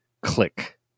click